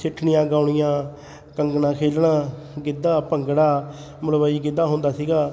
ਸਿੱਠਣੀਆ ਗਾਉਣੀਆਂ ਕੰਗਣਾ ਖੇਡਣਾ ਗਿੱਧਾ ਭੰਗੜਾ ਮਲਵਈ ਗਿੱਧਾ ਹੁੰਦਾ ਸੀਗਾ